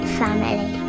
family